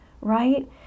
right